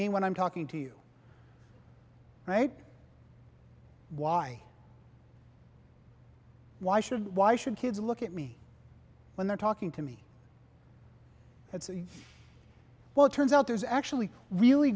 me when i'm talking to you right why why should why should kids look at me when they're talking to me and say well it turns out there's actually really